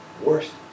worst